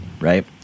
right